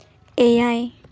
ᱮᱭᱟᱭ